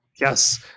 Yes